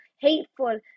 hateful